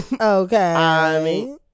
Okay